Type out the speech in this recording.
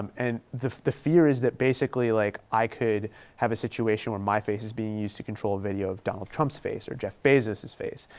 and the the fear is that basically like i could have a situation where my face is being used to control video of donald trump's face or jeff bezos's face.